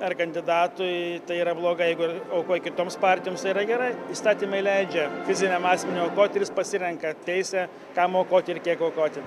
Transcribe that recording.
ar kandidatui tai yra blogai jeigu aukoji kitoms partijoms tai yra gerai įstatymai leidžia fiziniam asmeniui aukot ir jis pasirenka teisę kam aukoti ir kiek aukoti